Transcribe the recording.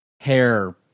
hair